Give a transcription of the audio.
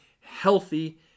healthy